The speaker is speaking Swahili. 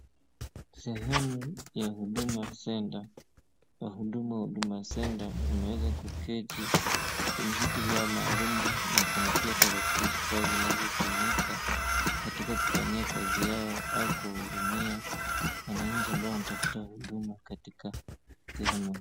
Sehemu ya Huduma Center. Wahuduma wa Huduma wameweza kuketi kwenye viti vyao maalum na kuna pia tarakilishi pale zinazotumika katika kufanyia kazi yao au kuhudumia wananchi ambao wanatafuta huduma katika sehemu.